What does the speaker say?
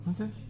okay